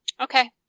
Okay